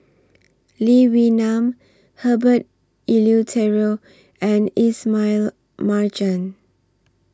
Lee Wee Nam Herbert Eleuterio and Ismail Marjan